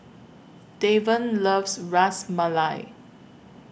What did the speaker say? Davon loves Ras Malai